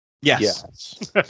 Yes